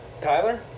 Tyler